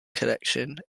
collection